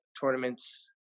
tournaments